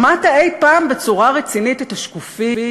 שמעת אי-פעם בצורה רצינית את השקופים?